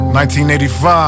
1985